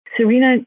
Serena